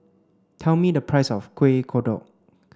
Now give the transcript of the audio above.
tell me the price of Kuih Kodok